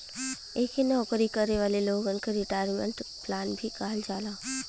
एके नौकरी करे वाले लोगन क रिटायरमेंट प्लान भी कहल जाला